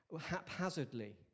haphazardly